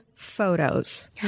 photos